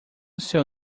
seu